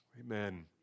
Amen